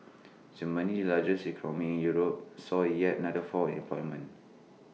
Germany the largest economy in Europe saw IT yet matter fall in unemployment